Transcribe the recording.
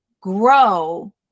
grow